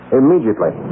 immediately